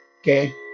Okay